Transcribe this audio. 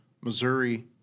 Missouri